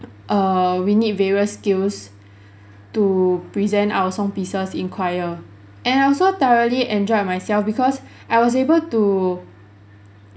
err we need various skills to present our song pieces in choir and I also thoroughly enjoyed myself because I was able to